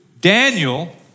Daniel